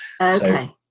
okay